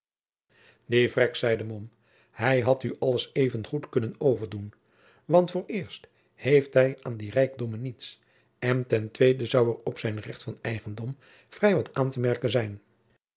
die vrek zeide mom hij had u alles even goed kunnen overdoen want vooreerst heeft hij aan die rijkdommen niets en ten tweede zoude er op zijn recht van eigendom vrij wat aan te merken zijn